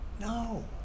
No